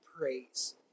praise